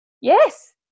Yes